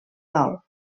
dol